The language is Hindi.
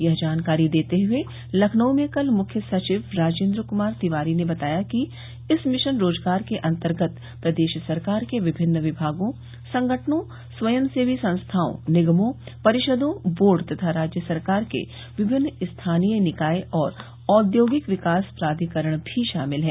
यह जानकारी देते हुए लखनऊ में कल मुख्य सचिव राजेन्द्र कुमार तिवारी ने बताया कि इस मिशन रोजगार के अन्तर्गत प्रदेश सरकार के विभिन्न विमागों संगठनों स्वयं सेवी संस्थाओं निगमों परिषदों बोर्ड तथा राज्य सरकार के विमिन्न स्थानीय निकाय और औद्योगिक विकास प्राधिकरण भी शामिल है